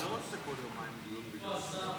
איפה השר?